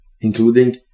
including